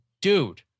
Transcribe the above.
dude